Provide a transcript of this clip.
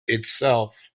itself